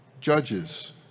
judges